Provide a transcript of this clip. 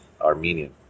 Armenian